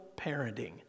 parenting